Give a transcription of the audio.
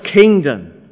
kingdom